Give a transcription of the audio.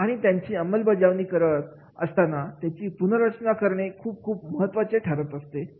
आणि त्यांची अंमलबजावणी करत असताना त्यांची पुनर्रचना करणे खूप खूप महत्त्वाचे ठरत असते